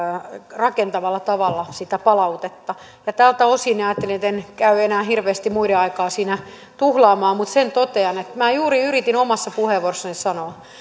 rakentavalla tavalla sitä palautetta tältä osin ajattelin etten käy enää hirveästi muiden aikaa tuhlaamaan mutta sen totean että minä juuri yritin omassa puheenvuorossani sanoa